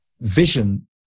vision